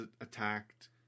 attacked